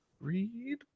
read